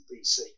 BC